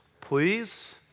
Please